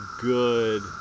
good